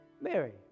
Mary